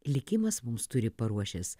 likimas mums turi paruošęs